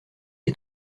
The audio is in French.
est